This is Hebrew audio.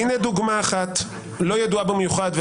הינה דוגמה אחת לא ידועה במיוחד,